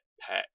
pet